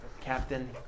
Captain